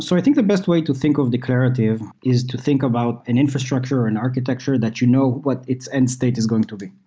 so i think the best way to think of declarative is to think about an infrastructure or an architecture that you know what it's end state is going to be.